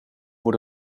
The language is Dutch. voor